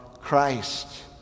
Christ